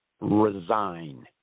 resign